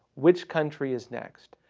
which country is next?